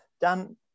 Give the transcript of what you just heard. Dan